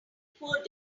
poor